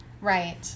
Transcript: Right